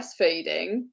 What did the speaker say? breastfeeding